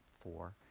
four